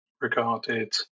regarded